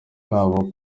kabo